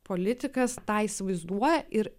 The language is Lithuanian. politikas tą įsivaizduoja ir